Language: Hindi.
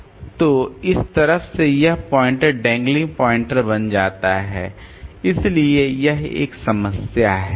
तो इस तरफ से यह पॉइंटर डैंगलिंग पॉइंटर बन जाता है इसलिए यह एक समस्या है